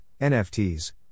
NFTs